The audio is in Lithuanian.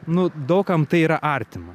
nu daug kam tai yra artima